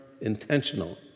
intentional